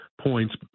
points